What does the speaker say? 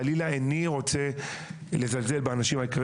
חלילה איני רוצה לזלזל באנשים היקרים